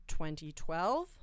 2012